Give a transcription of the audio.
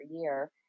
year